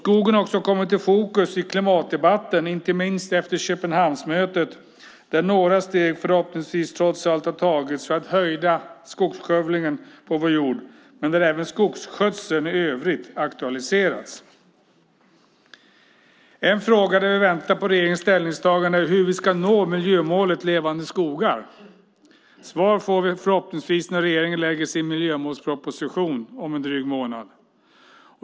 Skogen har också kommit i fokus i klimatdebatten, inte minst efter Köpenhamnsmötet - där några steg förhoppningsvis trots allt har tagits för att hejda skogsskövlingen på vår jord och där även skogsskötseln i övrigt har aktualiserats. En fråga där vi väntar på regeringens ställningstagande är hur vi ska nå miljömålet Levande skogar. Svar får vi förhoppningsvis när regeringen lägger fram sin miljömålsproposition om en dryg månad.